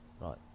right